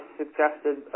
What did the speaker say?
suggested